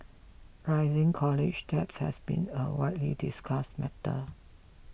rising college debt has been a widely discussed matter